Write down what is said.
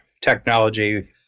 technology